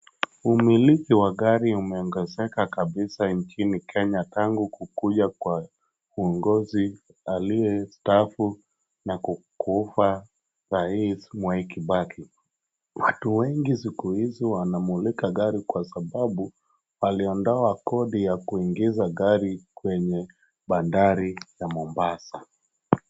umiliki wa gari umeongezeka kabisaa nchini kenya tangu kukuja kwa uongozi aliyestaafu na kukufa rais Mwai Kibaki watu wengi siku hizi wanamiliki gari kwa sababu aliondoa kodi ya kuingiza gari kwenye bandari ya Mombasa